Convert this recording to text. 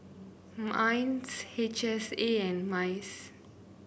Minds H S A and MICE